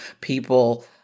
people